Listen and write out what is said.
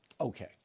Okay